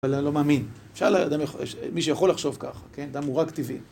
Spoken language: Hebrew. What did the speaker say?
אבל אני לא מאמין. אפשר לאדם... מי שיכול לחשוב כך, כן? אדם הוא רק טבעי.